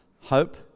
hope